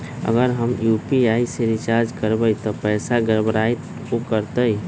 अगर हम यू.पी.आई से रिचार्ज करबै त पैसा गड़बड़ाई वो करतई?